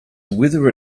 whether